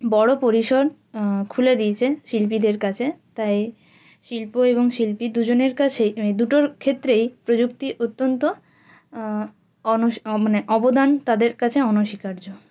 বড় পরিসর খুলে দিয়েছে শিল্পীদের কাছে তাই শিল্প এবং শিল্পী দুজনের কাছেই মানে দুটোর ক্ষেত্রেই প্রযুক্তি অত্যন্ত মানে অবদান তাদের কাছে অনস্বীকার্য